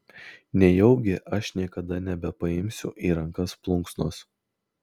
nejaugi aš niekada nebepaimsiu į rankas plunksnos